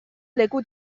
leku